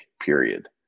period